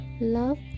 Love